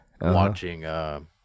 watching